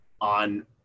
on